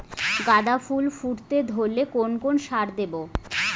গাদা ফুল ফুটতে ধরলে কোন কোন সার দেব?